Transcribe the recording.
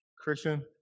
Christian